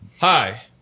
Hi